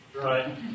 Right